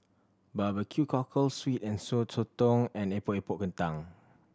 Barbecue cockle sweet and Sour Sotong and Epok Epok Kentang